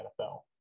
nfl